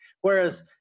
Whereas